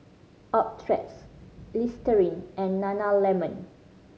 Optrex Listerine and Nana Lemon